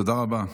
תודה רבה.